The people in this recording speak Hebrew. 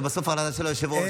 בסוף זו החלטה של היושב-ראש.